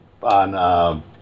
on